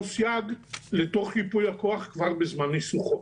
סייג לתוך ייפוי הכוח כבר בזמן ניסוחו.